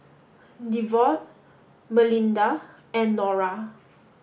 Devaughn Melinda and Nora